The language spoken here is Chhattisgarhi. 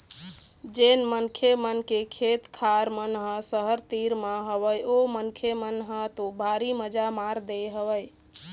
जेन मनखे मन के खेत खार मन ह सहर तीर म हवय ओ मनखे मन ह तो भारी मजा मार दे हवय